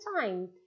time